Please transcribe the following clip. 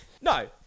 no